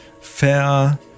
Fair